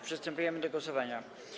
Przystępujemy do głosowania.